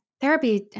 Therapy